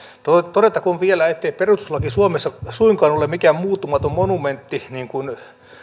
todettakoon vielä ettei perustuslaki suomessa suinkaan ole mikään muuttumaton monumentti niin kuin